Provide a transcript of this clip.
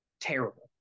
Terrible